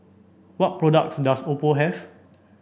what products does Oppo have